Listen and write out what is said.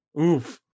oof